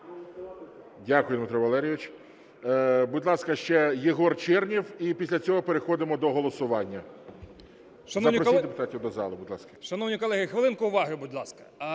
Дякую, Дмитро Валерійович. Будь ласка, ще Єгор Чернєв, і після цього переходимо до голосування. Запросіть депутатів до зали, будь ласка.